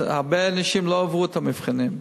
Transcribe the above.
הרבה אנשים לא עברו את המבחנים.